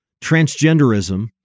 transgenderism